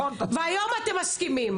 והיום אתם מסכימים.